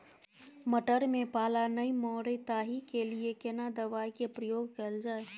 मटर में पाला नैय मरे ताहि के लिए केना दवाई के प्रयोग कैल जाए?